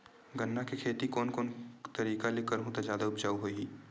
गन्ना के खेती कोन कोन तरीका ले करहु त जादा उपजाऊ होही?